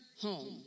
home